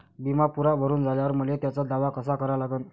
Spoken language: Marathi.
बिमा पुरा भरून झाल्यावर मले त्याचा दावा कसा करा लागन?